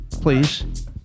Please